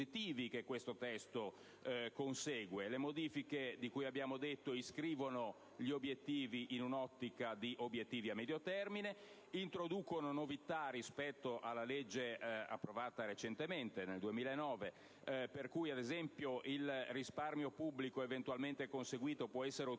le modifiche di cui abbiamo parlato inscrivono gli obiettivi in un'ottica di medio termine e introducono novità rispetto alla legge approvata recentemente, nel 2009, per cui ad esempio il risparmio pubblico eventualmente conseguito potrà essere utilizzato